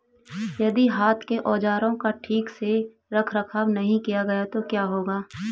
यदि हाथ के औजारों का ठीक से रखरखाव नहीं किया गया तो क्या होगा?